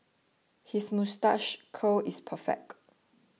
his moustache curl is perfect